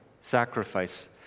sacrifice